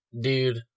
Dude